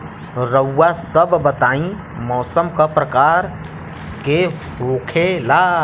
रउआ सभ बताई मौसम क प्रकार के होखेला?